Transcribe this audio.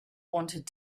wanted